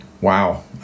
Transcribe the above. Wow